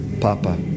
Papa